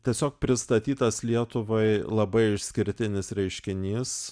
tiesiog pristatytas lietuvai labai išskirtinis reiškinys